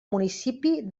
municipi